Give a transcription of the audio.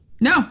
No